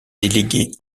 délégués